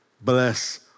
Bless